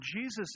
Jesus